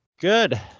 Good